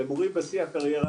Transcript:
למורים בשיא הקריירה,